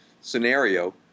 scenario